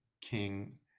king